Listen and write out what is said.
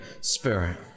spirit